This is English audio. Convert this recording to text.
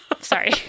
sorry